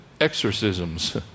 exorcisms